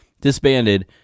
disbanded